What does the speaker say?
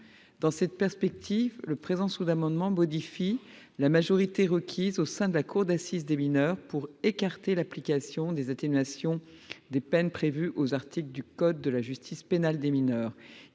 Dans cette perspective, le présent sous amendement tend à modifier la majorité requise au sein de la cour d’assises des mineurs pour écarter l’application des atténuations des peines prévues aux articles L. 121 5 et L. 121 6 du code de la justice pénale des mineurs.